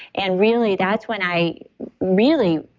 and really that's when i really